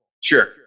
Sure